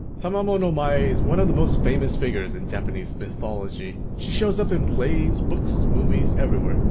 tamamo no mae is one of the most famous figures in japanese mythology. she shows up in plays, books, movies, everywhere.